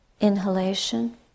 inhalation